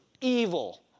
evil